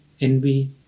envy